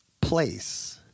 place